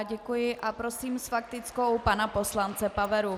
Děkuji a prosím s faktickou pana poslance Paveru.